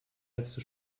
letzte